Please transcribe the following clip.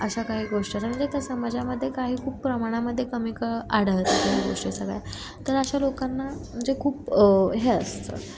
अशा काही गोष्टी असा म्हणजे त्या समाजामध्ये काही खूप प्रमाणामध्ये कमी क आढळत काही गोष्टी सगळ्या तर अशा लोकांना म्हणजे खूप हे असतं